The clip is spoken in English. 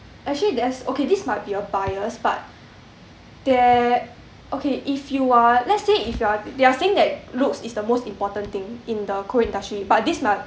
actually there's okay this might be a bias but there okay if you are let's say if you are they are saying that looks is the most important thing in the whole industry but this might